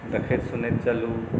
देखैत सुनैत चलू